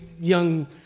young